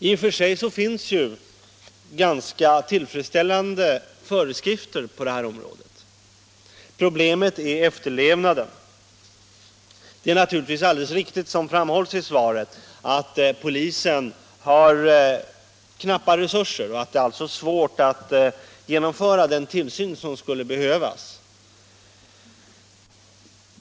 I och för sig finns ganska tillfredsställande föreskrifter på detta område. Problemet är efterlevnaden. Det är naturligtvis alldeles riktigt, som kommunministern framhåller i svaret, att polisen har knappa resurser och att det är svårt att åstadkomma den tillsyn som skulle behövas.